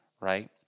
right